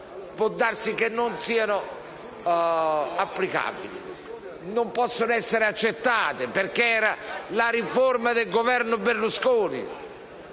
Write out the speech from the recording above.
può darsi che non siano applicabili o non possano essere accettate perché facevano parte della riforma del Governo Berlusconi.